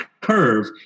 curve